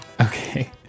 Okay